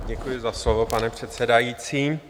Děkuji za slovo, pane předsedající.